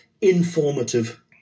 informative